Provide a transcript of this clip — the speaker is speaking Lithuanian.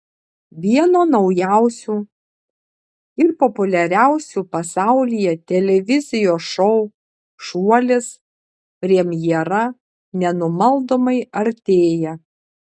vieno naujausių ir populiariausių pasaulyje televizijos šou šuolis premjera nenumaldomai artėja